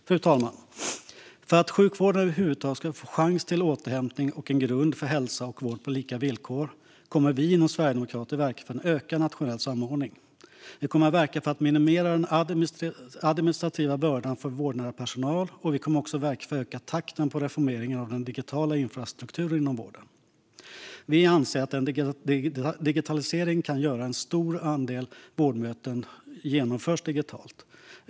Fru talman! För att sjukvården över huvud taget ska få chans till återhämtning och vara en grund för hälsa och vård på lika villkor kommer vi inom Sverigedemokraterna att verka för en ökad nationell samordning. Vi kommer att verka för att minimera den administrativa bördan för vårdnära personal. Vi kommer också att verka för att öka takten på reformeringen av den digitala infrastrukturen inom vården. Vi anser att digitaliseringen kan göra att en stor andel vårdmöten kan genomföras digitalt.